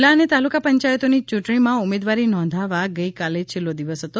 જીલ્લા અને તાલુકા પંચાયતોની ચૂંટણીમાં ઉમેદવારી નોંધાવવા ગઇકાલે છેલ્લો દિવસ હતો